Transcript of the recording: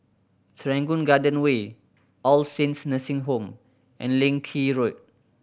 Serangoon Garden Way All Saints Nursing Home and Leng Kee Road